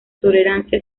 tolerancia